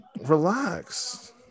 Relax